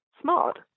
smart